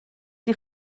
die